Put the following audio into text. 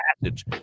passage